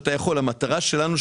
המטרה שלנו,